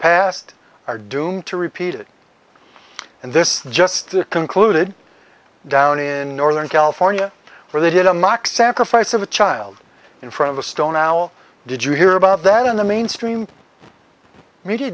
past are doomed to repeat it and this just concluded down in northern california where they did a mock sacrifice of a child in front of a stone owl did you hear about that in the mainstream media